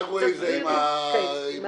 הסאגווי זה עם הידית.